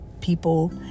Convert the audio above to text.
people